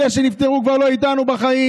אלה שנפטרו כבר לא איתנו בחיים,